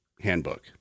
Handbook